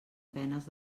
penes